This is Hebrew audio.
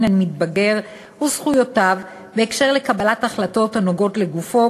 המתבגר וזכויותיו בהקשר של קבלת החלטות הנוגעות לגופו,